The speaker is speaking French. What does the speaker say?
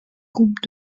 groupes